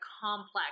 complex